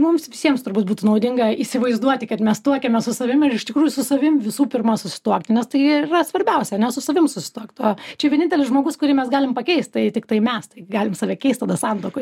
mums visiems turbūt būtų naudinga įsivaizduoti kad mes tuokiamės su savim ir iš tikrųjų su savim visų pirma susituokti nes tai ir yra svarbiausia ane su savimi susituokti tuo čia vienintelis žmogus kurį mes galim pakeist tai tiktai mes tai galim save keist tada santuokoj